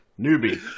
newbie